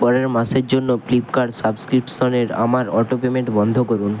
পরের মাসের জন্য ফ্লিপকার্ট সাবস্ক্রিপশনের আমার অটো পেমেন্ট বন্ধ করুন